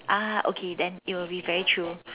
ah okay then it will be very true